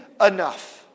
enough